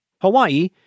Hawaii